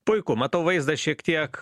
puiku matau vaizdas šiek tiek